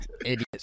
idiots